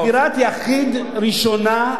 דירת יחיד ראשונה.